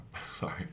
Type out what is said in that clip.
sorry